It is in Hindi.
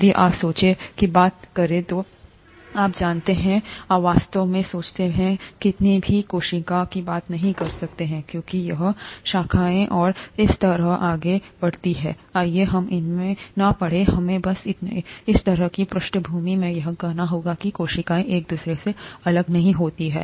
यदि आप साँचे की बात करते हैं तो आप जानते हैं आप वास्तव में साँचे में किसी एक कोशिका की बात नहीं कर सकते हैं क्योंकि यह शाखाएँ और इसी तरह आगे बढ़ती हैं आइए हम इसमें न पड़ें हमें बस इस तरह की पृष्ठभूमि में यह कहना होगा कि कोशिकाएं एक दूसरे से अलग नहीं होती हैं